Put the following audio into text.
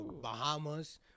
Bahamas